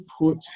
put